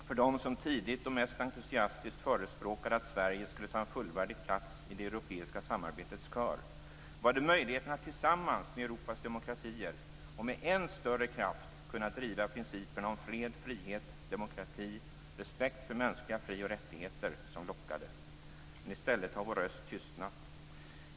För dem som tidigt och mest entusiastiskt förespråkade att Sverige skulle ta en fullvärdig plats i det europeiska samarbetets kör var det möjligheten att tillsammans med Europas demokratier och med än större kraft kunna driva principerna om fred, frihet, demokrati och respekt för mänskliga fri och rättigheter som lockade. I stället har vår röst tystnat.